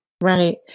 Right